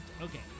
Okay